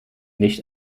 nicht